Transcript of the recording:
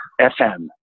FM